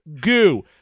goo